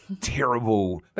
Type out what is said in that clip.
terrible